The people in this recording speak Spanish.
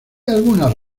algunas